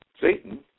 Satan